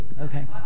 Okay